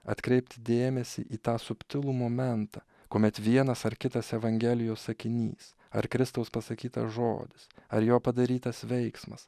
atkreipti dėmesį į tą subtilų momentą kuomet vienas ar kitas evangelijos sakinys ar kristaus pasakytas žodis ar jo padarytas veiksmas